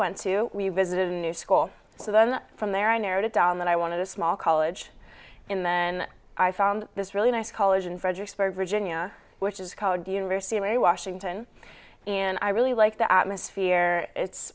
d two we visited a new school so then from there i narrowed it down that i wanted a small college in there and i found this really nice college in fredericksburg virginia which is called the university way washington and i really like the atmosphere it's